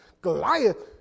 Goliath